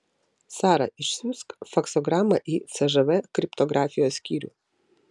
sara išsiųsk faksogramą į cžv kriptografijos skyrių